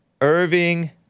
Irving